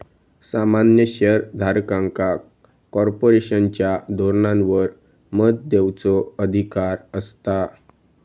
सामान्य शेयर धारकांका कॉर्पोरेशनच्या धोरणांवर मत देवचो अधिकार असता